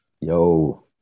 Yo